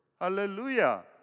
Hallelujah